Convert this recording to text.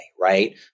right